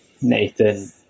Nathan